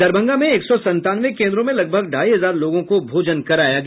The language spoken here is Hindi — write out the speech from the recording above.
दरभंगा में एक सौ संतानवे केन्द्रों में लगभग ढ़ाई हजार लोगों को भोजन कराया गया